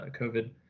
COVID